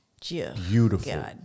Beautiful